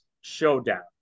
showdown